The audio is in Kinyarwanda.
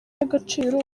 y’agaciro